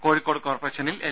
കോഴിക്കോട് കോർപ്പറേഷനിൽ എൽ